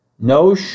No